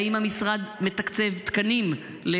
האם המשרד המשרד שלך,